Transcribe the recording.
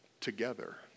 together